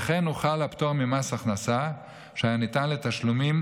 וכן הוחל הפטור ממס הכנסה שהיה ניתן לתשלומים